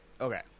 okay